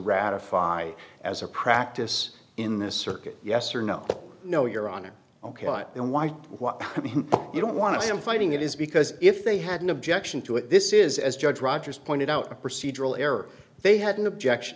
ratify as a practice in this circuit yes or no no your honor ok but then why do what you don't want to i'm fighting it is because if they had an objection to it this is as judge rogers pointed out a procedural error they had an objection